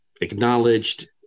acknowledged